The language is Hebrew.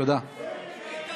אני מתנצל,